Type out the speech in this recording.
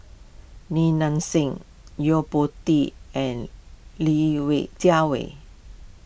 Li Nanxing Yo Po Tee and Li Jiawei